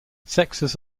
sexes